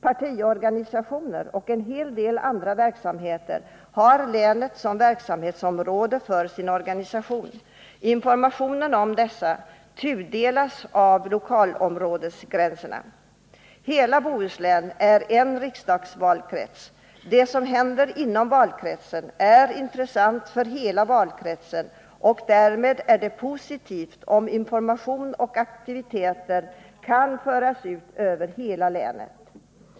Partiorganisationer och en hel del andra verksamheter har länet som verksamhetsområde för sin organisation. Informationen om dessa tudelas av lokalområdesgränserna. Hela Bohuslän är en riksdagsvalkrets. Det som händer inom valkretsen är intressant för hela valkretsen, och därmed är det positivt om information och aktiviteter kan föras ut över hela länet.